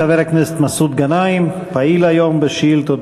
חבר הכנסת מסעוד גנאים פעיל היום בשאילתות,